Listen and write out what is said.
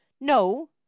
No